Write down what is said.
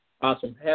Awesome